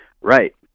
Right